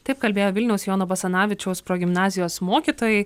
taip kalbėjo vilniaus jono basanavičiaus progimnazijos mokytojai